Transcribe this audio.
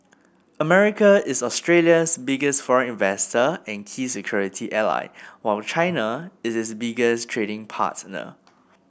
America is Australia's biggest foreign investor and key security ally while China is its biggest trading partner